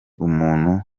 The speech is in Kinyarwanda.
umuntu